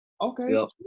Okay